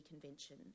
Convention